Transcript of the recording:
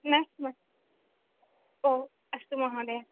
नास्मि ओ अस्तु महोदय